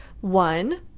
one